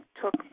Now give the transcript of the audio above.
took